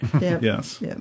Yes